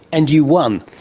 and you won.